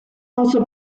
also